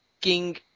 King